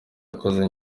yakoze